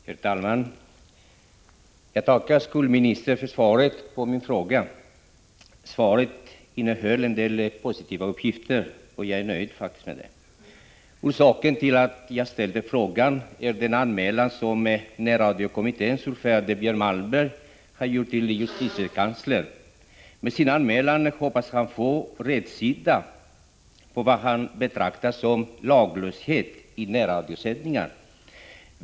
Herr talman! Jag tackar skolministern för svaret på min fråga. Svaret innehöll en del positiva uppgifter, och jag är nöjd med det. Orsaken till att jag ställde frågan är den anmälan som närradiokommitténs ordförande Björn Malmberg har gjort till justitiekanslern. Med sin anmälan hoppas han få rätsida på vad han betraktar som laglöshet i närradiosändningar.